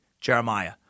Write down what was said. Jeremiah